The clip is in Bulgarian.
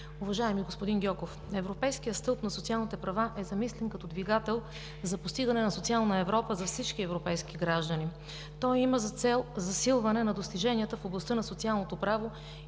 Уважаеми господин Гьоков, Европейският стълб на социалните права е замислен като двигател за постигане на социална Европа за всички европейски граждани. Той има за цел засилване на достиженията в областта на социалното право